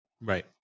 Right